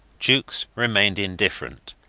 jukes remained indifferent,